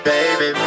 Baby